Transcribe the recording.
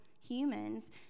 humans